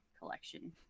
collection